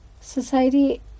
society